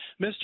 Mr